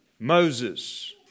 Moses